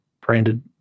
branded